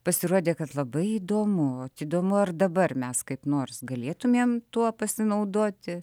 pasirodė kad labai įdomu įdomu ar dabar mes kaip nors galėtumėm tuo pasinaudoti